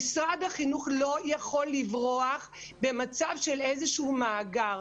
משרד החינוך לא יכול לברוח במצב של איזשהו מאגר,